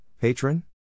Patron